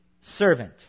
servant